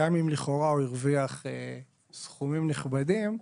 גם אם הוא לכאורה הרוויח סכומים נכבדים,